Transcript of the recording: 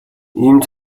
ийм